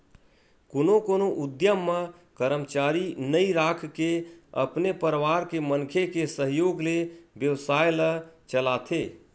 कोनो कोनो उद्यम म करमचारी नइ राखके अपने परवार के मनखे के सहयोग ले बेवसाय ल चलाथे